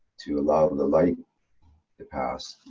to allow the light to pass.